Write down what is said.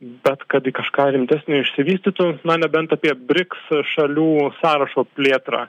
bet kad į kažką rimtesnio išsivystytų na nebent apie briks šalių sąrašo plėtrą